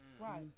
Right